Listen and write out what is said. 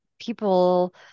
people